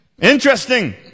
Interesting